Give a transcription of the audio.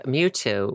Mewtwo